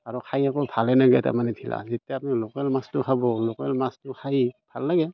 আৰু খাই একো ভালে নালাগে তাৰমানে যেতিয়া আপুনি লোকেল মাছটো খাব লোকেল মাছটো খাই ভাল লাগে